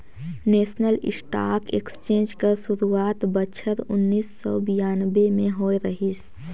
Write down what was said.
national stock exchange कर सुरवात बछर उन्नीस सव बियानबें में होए रहिस